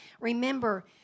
Remember